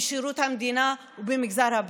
בשירות המדינה ובמגזר הפרטיים.